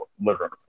liver